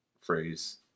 phrase